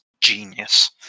genius